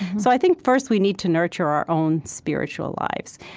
so i think, first, we need to nurture our own spiritual lives.